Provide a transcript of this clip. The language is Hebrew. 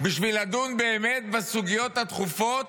בשביל לדון באמת בסוגיות הדחופות,